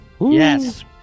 Yes